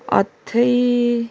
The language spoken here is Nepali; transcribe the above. अथ्थै